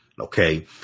Okay